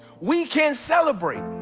we can't celebrate.